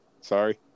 sorry